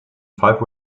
five